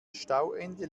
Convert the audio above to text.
stauende